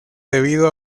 debido